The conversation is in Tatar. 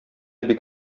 бик